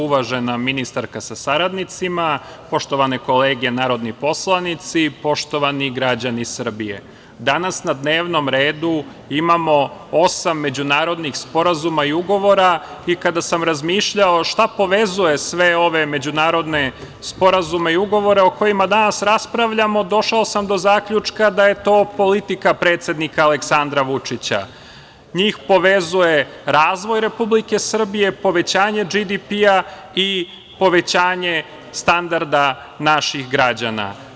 Uvažena ministarka sa saradnicima, poštovane kolege narodni poslanici, poštovani građani Srbije, danas na dnevnom redu imamo osam međunarodnih sporazuma i ugovora i kada sam razmišljao šta povezuje sve ove međunarodne sporazume i ugovore o kojima danas raspravljamo, došao sam do zaključka da je to politika predsednika Aleksandra Vučića, njih povezuje razvoj Republike Srbije, povećanje BDP i povećanje standarda naših građana.